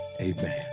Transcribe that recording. Amen